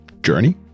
journey